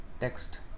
text